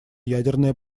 ядерная